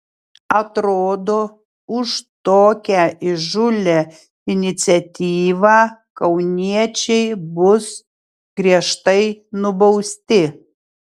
atrodo už tokią įžūlią iniciatyvą kauniečiai bus griežtai nubausti